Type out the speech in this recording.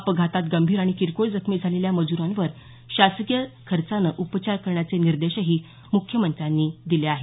अपघातात गंभीर आणि किरकोळ जखमी झालेल्या मजूरांवर शासकीय खर्चाने उपचार करण्याचे निर्देशही मुख्यमंत्र्यांनी दिले आहेत